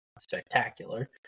spectacular